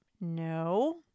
No